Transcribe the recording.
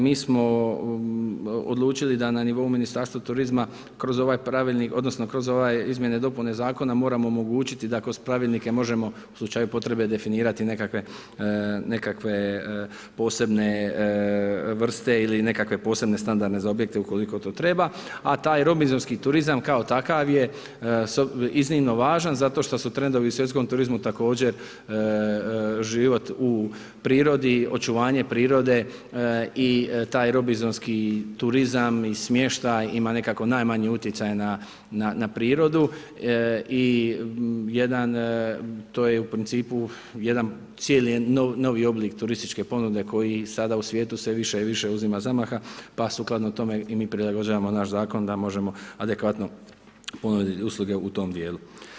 Mi smo odlučili da na nivou Ministarstva turizma kroz ovaj pravilnik odnosno kroz ove izmjene i dopune Zakona moramo omogućiti da kroz pravilnike možemo u slučaju potrebe definirati nekakve posebne vrste ili nekakve posebne standarde za objekte ukoliko to treba, a taj robinzonski turizam kao takav je iznimno važan zato što su trendovi u svjetskom turizmu također život u prirodi, očuvanje prirode i taj robinzonski turizam i smještaj ima nekako najmanji utjecaj na prirodu i jedan to je u principu jedan cijeli novi oblik turističke ponude koji sada u svijetu sve više i više uzima zamaha, pa sukladno tome i mi prilagođavamo naš zakon da možemo adekvatno ponuditi usluge u tom dijelu.